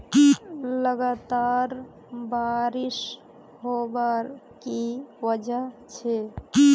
लगातार बारिश होबार की वजह छे?